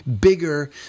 bigger